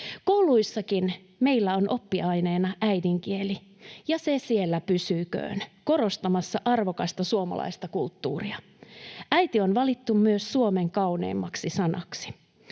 Kouluissakin meillä on oppiaineena äidinkieli, ja se siellä pysyköön korostamassa arvokasta suomalaista kulttuuria. ”Äiti” on valittu myös suomen kauneimmaksi sanaksi.